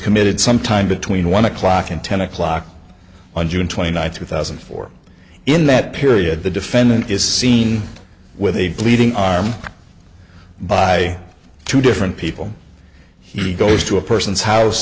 committed sometime between one o'clock and ten o'clock on june twenty ninth two thousand and four in that period the defendant is seen with a bleeding arm by two different people he goes to a person's house